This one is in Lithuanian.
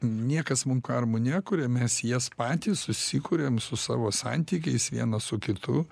niekas mum karmų nekuria mes jas patys susikuriam su savo santykiais vienas su kitu